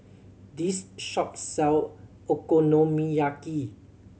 this shop sell Okonomiyaki